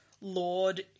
Lord